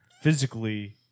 physically